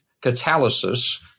Catalysis